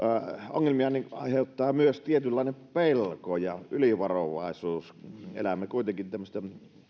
ongelmia aiheuttaa myös tietynlainen pelko ja ylivarovaisuus elämme kuitenkin tämmöistä